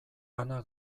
ana